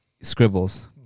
Scribbles